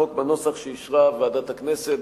ושלישית את הצעת החוק בנוסח שאישרה ועדת הכנסת.